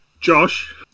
Josh